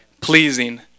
pleasing